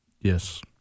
Yes